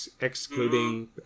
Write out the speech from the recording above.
excluding